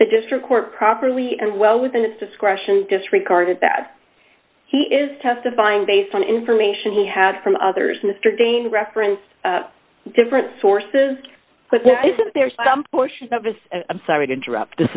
the district court properly and well within its discretion disregarded that he is testifying based on information he had from others mr dane referenced different sources there are some portions of this i'm sorry to interrupt this